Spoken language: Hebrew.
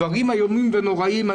דברים איומים ונוראיים.